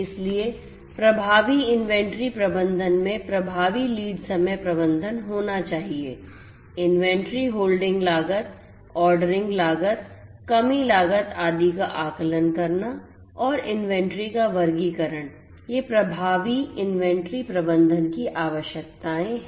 इसलिए प्रभावी इन्वेंट्री प्रबंधन में प्रभावी लीड समय प्रबंधन होना चाहिए इन्वेंट्री होल्डिंग लागत ऑर्डरिंग लागत कमी लागत आदि का आकलन करना और इन्वेंट्री का वर्गीकरण ये प्रभावी इन्वेंट्री प्रबंधन की आवश्यकताएं हैं